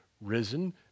risen